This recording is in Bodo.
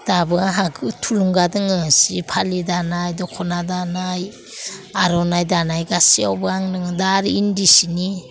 दाबो आंहा थुलुंगा दङ सि फालि दानाय दख'ना दानाय आर'नाय दानाय गासियावबो आङो दा आरो इन्दि सिनि